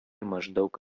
maždaug